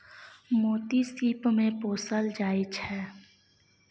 मोती सिप मे पोसल जाइ छै